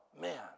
man